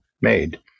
made